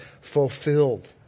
fulfilled